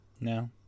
No